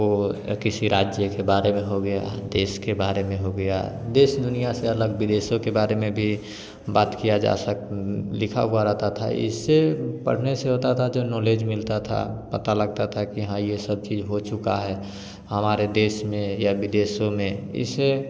वो किसी राज्य के बारे में हो गया देश के बारे में हो गया देश दुनिया से अलग विदेशों के बारे में भी बात किया जा लिखा हुआ रहता था इस पढ़ने से होता था जो नॉलेज मिलता था पता लगता था कि हाँ ये सब चीज हो चुका है हमारे देश में या विदेशों में इस